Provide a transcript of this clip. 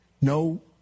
no